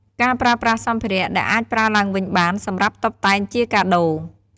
ការប្រើប្រាស់សម្ភារៈដែលអាចប្រើឡើងវិញបានសម្រាប់តុបតែងជាកាដូរ។